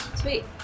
Sweet